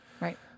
Right